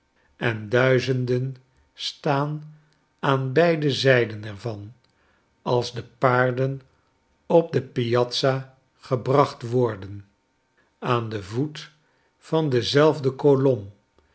en duizenden staan aan beide zijden er van als de paarden op de piazza gebracht worden aan den voet van dezelfde kolom